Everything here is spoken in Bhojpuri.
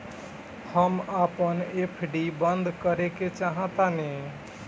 हम अपन एफ.डी बंद करेके चाहातानी